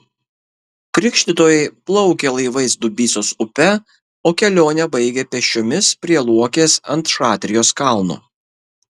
krikštytojai plaukė laivais dubysos upe o kelionę baigė pėsčiomis prie luokės ant šatrijos kalno